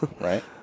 right